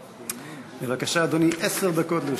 היושב-ראש, בבקשה, אדוני, עשר דקות לרשותך.